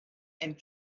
and